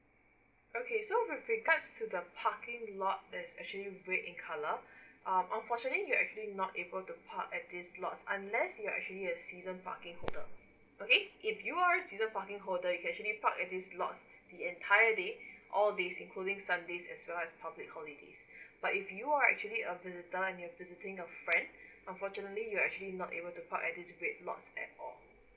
okay so with regards to the parking lot there's actually red in colour um unfortunately you are actually not able to park at this slot unless you are actually a season parking holder okay if you are a season parking holder you can actually park this slot the entire day all days including sundays as well as public holidays but if you are actually a visitors and you visiting a friend unfortunately you are actually not able to park at this red slot at all